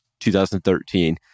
2013